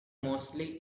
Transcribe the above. mostly